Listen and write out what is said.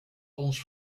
ons